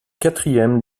quatrième